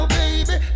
baby